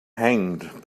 hanged